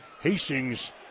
Hastings